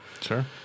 sure